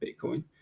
Bitcoin